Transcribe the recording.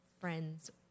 friends